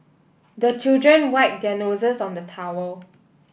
the children wipe their noses on the towel